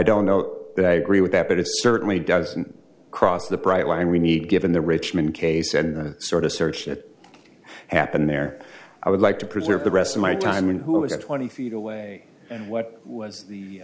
don't know that i agree with that but it certainly doesn't cross the bright line we need given the richmond case and the sort of search that happened there i would like to preserve the rest of my time who is twenty feet away and what was the